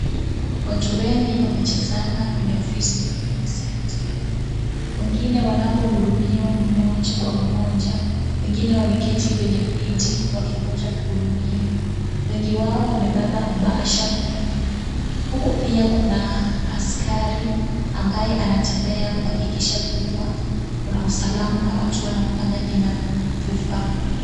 Watu wengi wamejazana kwenye ofisi za Huduma Center. Wengine wanapohudumiwa mmoja kwa mmoja. Wengine wameketi kwenye viti wakingoja kuhudumiwa. Wengi wao wamebeba bahasha mkononi. Huku pia kuna askari, ambaye anatembea kuhakikisha kuwa kuna usalama na watu wanafanya inavyofaa.